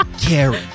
Karen